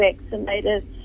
vaccinated